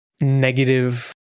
negative